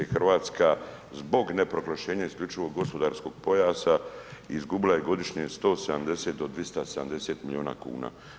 Hrvatska zbog ne proglašenja isključivo gospodarskog pojasa izgubila je godišnje 170 do 270 milijuna kuna.